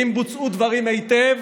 ואם בוצעו דברים היטב,